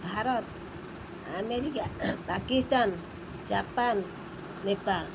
Bharat America Pakistan Japan Nepal